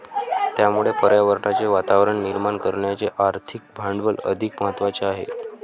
त्यामुळे पर्यावरणाचे वातावरण निर्माण करण्याचे आर्थिक भांडवल अधिक महत्त्वाचे आहे